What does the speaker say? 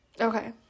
Okay